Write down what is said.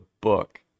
book